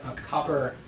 copper,